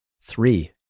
Three